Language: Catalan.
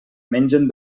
mengen